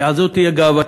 כי אז זאת תהיה גאוותם.